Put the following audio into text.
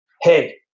Hey